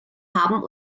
haben